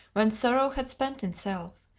when sorrow had spent itself,